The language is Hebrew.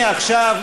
מעכשיו,